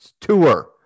Tour